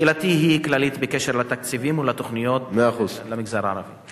שאלתי היא כללית בקשר לתקציבים ולתוכניות למגזר הערבי.